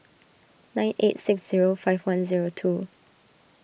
nine eight six zero five one zero two